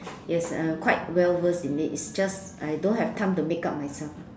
yes I'm quite well versed in it it's just I don't have time to makeup myself